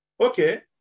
okay